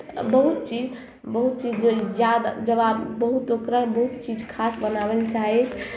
आ बहुत चीज बहुत चीज जे याद जब बहुत ओकरा बहुत चीज किछु खास बनाबय लए चाहै